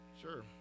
Sure